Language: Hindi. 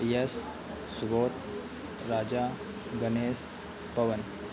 यश सुबोध राजा गणेश पवन